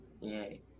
Yay